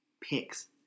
picks